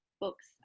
books